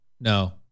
no